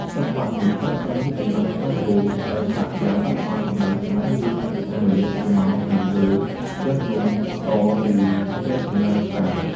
សិល្បៈនេះប្រើប្រាស់រូបចម្លាក់ស្បែកគោដែលឆ្លាក់យ៉ាងល្អិតល្អន់ ដើម្បីសម្ដែងរឿងតាមរយៈស្រមោលនៅលើវាំងននស ឬផ្ទាំងក្រណាត់ស្រាល។